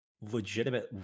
legitimate